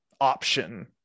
option